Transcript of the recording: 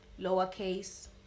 lowercase